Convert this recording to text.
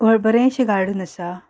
बरेशें गार्डन आसा